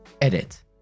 Edit